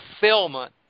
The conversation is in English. fulfillment